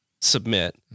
submit